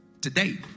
today